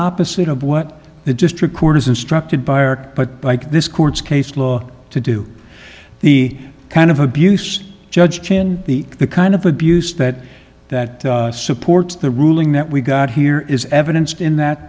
opposite of what the district court has instructed barak but like this court's case law to do the kind of abuse judge chin the the kind of abuse that that supports the ruling that we got here is evidence in that